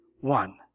one